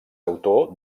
autor